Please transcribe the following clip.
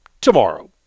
tomorrow